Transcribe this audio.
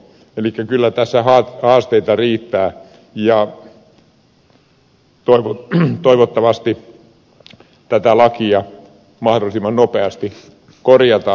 elikkä kyllä tässä haasteita riittää ja toivottavasti tätä lakia mahdollisimman nopeasti korjataan